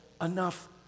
enough